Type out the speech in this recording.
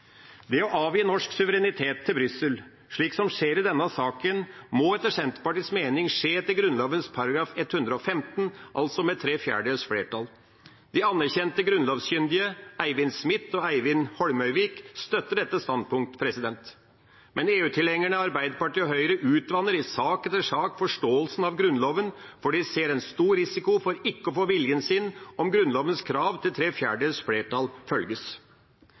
Det å avgi norsk suverenitet til Brussel, slik som skjer i denne saken, må etter Senterpartiets mening skje etter Grunnloven § 115, altså med tre fjerdedels flertall. De anerkjente grunnlovskyndige Eivind Smith og Eirik Holmøyvik støtter dette standpunktet. Men EU-tilhengerne Arbeiderpartiet og Høyre utvanner i sak etter sak forståelsen av Grunnloven, for de ser en stor risiko for ikke å få viljen sin om Grunnlovens krav til tre fjerdedels flertall følges.